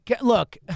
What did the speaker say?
Look